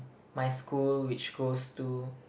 my school which goes to